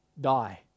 die